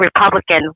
Republican